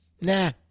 Nah